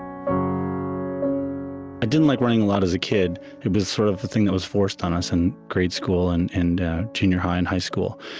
um i didn't like running a lot as a kid. it was sort of a thing that was forced on us in grade school and and junior high and high school.